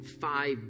five